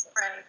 Right